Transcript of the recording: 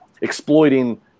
exploiting